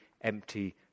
empty